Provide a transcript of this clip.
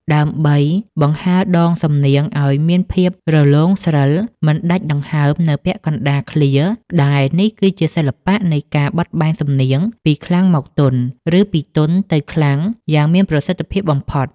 ដើម្បីបង្ហើរដងសំនៀងឱ្យមានភាពរលោងស្រិល មិនដាច់ដង្ហើមនៅពាក់កណ្តាលឃ្លា ដែលនេះគឺជាសិល្បៈនៃការបត់បែនសំនៀងពីខ្លាំងមកទន់ ឬពីទន់ទៅខ្លាំងយ៉ាងមានប្រសិទ្ធភាពបំផុត។